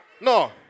No